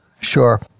Sure